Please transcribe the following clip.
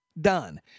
done